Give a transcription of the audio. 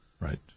Right